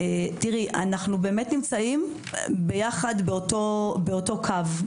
אנחנו נמצאים ביחד באותו קו.